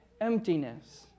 emptiness